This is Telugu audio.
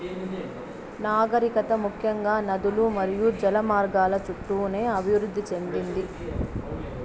నాగరికత ముఖ్యంగా నదులు మరియు జల మార్గాల చుట్టూనే అభివృద్ది చెందింది